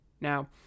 Now